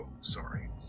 sorry